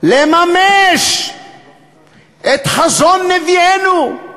לממש את חזון נביאינו.